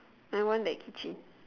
I want that keychain